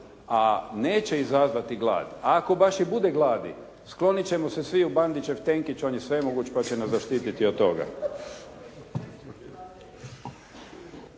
a neće izazvati glad. A ako baš i bude gladi, sklonit ćemo se svi u Bandićev tenkić, on je svemoguć pa će nas zaštititi od toga.